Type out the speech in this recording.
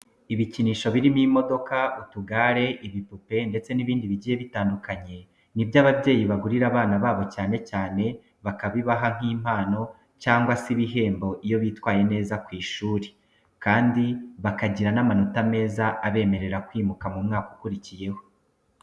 Ibikinisho birimo imodoka, utugare, ibipupe ndetse n'ibindi bigiye bitandukanye, ni byo ababyeyi bagurira abana babo cyane cyane bakabibaha nk'impano cyangwa se ibihembo iyo bitwaye neza ku ishuri kandi bakagira n'amanota meza abemerera kwimukira mu mwaka ukurikiyeho.